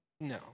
no